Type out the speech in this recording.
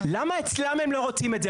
למה אצלם הם לא רוצים את זה?